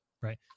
right